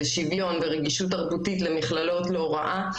שיווין ורגישות תרבותית למכללות להוראה,